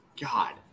God